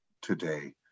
today